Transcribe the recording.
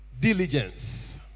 diligence